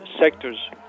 sectors